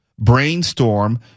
brainstorm